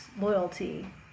loyalty